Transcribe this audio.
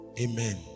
Amen